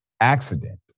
accident